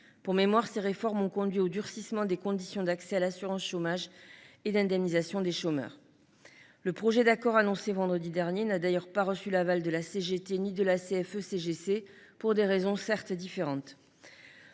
Pour mémoire, ces réformes ont conduit au durcissement des conditions d’accès à l’assurance chômage et d’indemnisation des chômeurs. Le projet d’accord annoncé vendredi dernier n’a d’ailleurs pas reçu l’aval de la CGT ni de la CFE CGC, pour des raisons certes différentes.